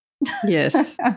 Yes